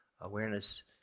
Awareness